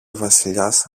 βασιλιάς